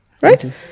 Right